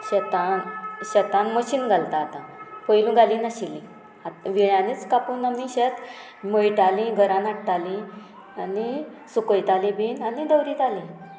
शेतांत शेतान मशीन घालता आतां पयलीं घालिनाशिल्लीं आतां वेळांनीच कापून आमी शेत मळटाली घरांत हाडटालीं आनी सुकयतालीं बीन आनी दवरितालीं